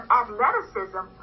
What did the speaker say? athleticism